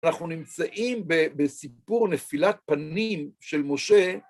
אנחנו נמצאים בסיפור נפילת פנים של משה.